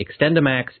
Extendamax